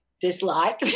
dislike